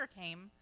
came